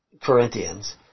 Corinthians